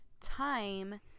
time